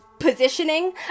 Positioning